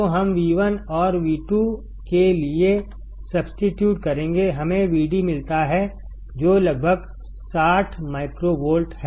तो हमV1और V2 के लिए सब्स्टीट्यट करेंगेहमें Vdमिलता हैजो लगभग 60 माइक्रोवोल्ट है